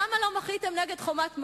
למה לא מחיתם נגד "חומת מגן"?